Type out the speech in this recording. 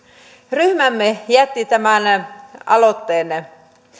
ryhmämme jätti tämän aloitteen